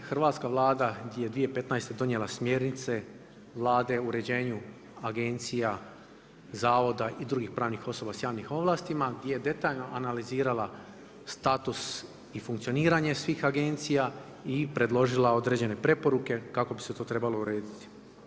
Hrvatska Vlada je 2015. donijela smjernice Vlade u određenju agencija, zavoda i drugih pravnih osoba s javnim ovlastima, gdje je detaljno analizirala status i funkcioniranje svih agencija i preložila određene preporuke kako bi se to trebalo urediti.